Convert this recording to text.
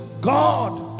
God